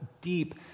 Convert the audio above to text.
deep